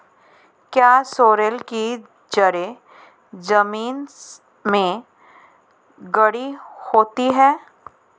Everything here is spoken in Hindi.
क्या सोरेल की जड़ें जमीन में गहरी होती हैं?